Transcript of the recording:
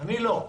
אני לא.